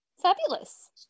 fabulous